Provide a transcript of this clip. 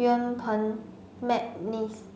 Yuen Peng McNeice